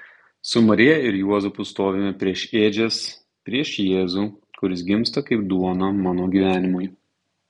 su marija ir juozapu stovime prieš ėdžias prieš jėzų kuris gimsta kaip duona mano gyvenimui